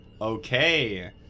Okay